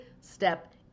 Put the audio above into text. step